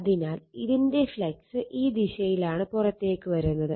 അതിനാൽ ഇതിന്റെ ഫ്ളക്സ് ഈ ദിശയിലാണ് പുറത്തേക്ക് വരുന്നത്